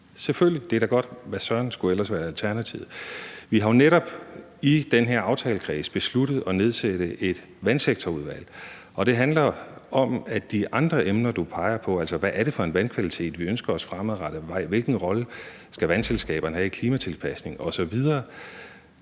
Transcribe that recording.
Selvfølgelig er det da godt. Hvad søren skulle alternativet være? Vi har jo netop i den her aftalekreds besluttet at nedsætte et vandreguleringsudvalg, og i forhold til de andre emner, du peger på – altså, hvad er det for en god vandkvalitet, vi ønsker os fremadrettet, og hvilken rolle skal vandselskaberne have i klimatilpasning osv.?